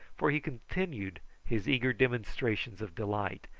for he continued his eager demonstrations of delight,